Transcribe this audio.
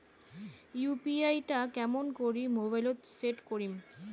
UPI টা কেমন করি মোবাইলত সেট করিম?